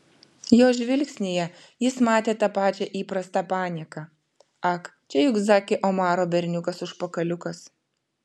jo žvilgsnyje jis matė tą pačią įprastą panieką ak čia juk zaki omaro berniukas užpakaliukas